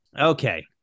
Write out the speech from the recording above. Okay